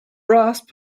rasp